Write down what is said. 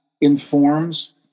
informs